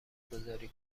گذاری